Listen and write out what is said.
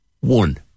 One